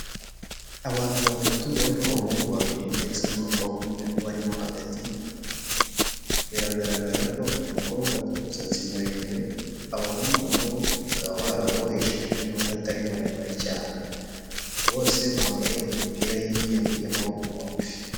Abantu batatu barimo abahungu babiri ndetse n'umukobwa umwe ubarimo hagati biragaragara ko umukobwa afite umusatsi muremure abahungu nabo bakaba barawubohesheje nubwo atari muremure cyane bose bambaye imipira y'imyeru y'amaboko magufi.